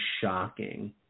shocking